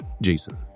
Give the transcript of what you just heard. Jason